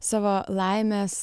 savo laimės